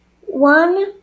One